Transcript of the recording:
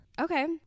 Okay